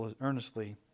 earnestly